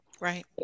Right